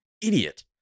Idiot